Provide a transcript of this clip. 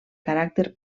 caràcter